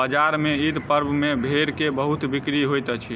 बजार में ईद पर्व में भेड़ के बहुत बिक्री होइत अछि